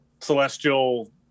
celestial